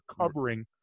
covering